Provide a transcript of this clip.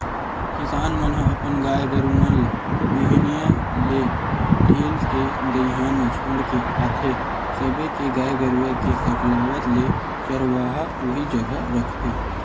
किसान मन ह अपन गाय गरु मन ल बिहनिया ले ढील के दईहान म छोड़ के आथे सबे के गाय गरुवा के सकलावत ले चरवाहा उही जघा रखथे